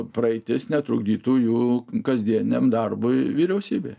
praeitis netrukdytų jų kasdieniam darbui vyriausybėje